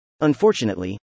Unfortunately